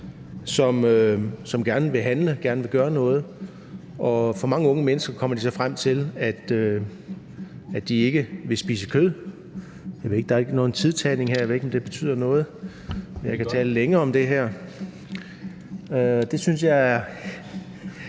gerne vil handle og gerne vil gøre noget. Mange unge mennesker kommer så frem til, at de ikke vil spise kød. Der er ikke nogen tidtagning her – jeg ved ikke, om det betyder noget; jeg kan tale længe om det her. Men tak for